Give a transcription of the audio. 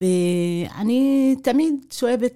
ואני תמיד שואבת.